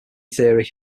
theory